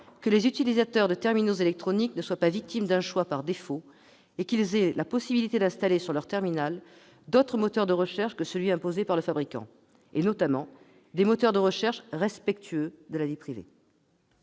que les utilisateurs de terminaux électroniques ne soient pas victimes d'un choix par défaut et qu'ils aient la possibilité d'installer sur leur terminal d'autres moteurs de recherche que celui qui est imposé par le fabriquant, et notamment des moteurs de recherche respectueux de la vie privée.